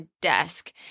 desk